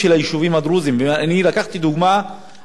נתתי דוגמה רק של יישוב אחד,